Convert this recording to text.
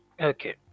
Okay